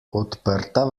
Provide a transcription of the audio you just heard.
odprta